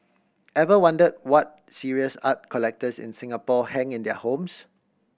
ever wondered what serious art collectors in Singapore hang in their homes